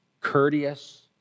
courteous